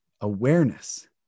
Awareness